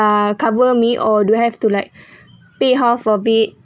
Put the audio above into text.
ah cover me or do I have to like pay half of it